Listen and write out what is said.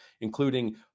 including